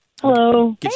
Hello